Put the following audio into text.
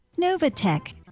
Novatech